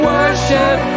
Worship